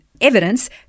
evidence